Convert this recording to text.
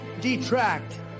detract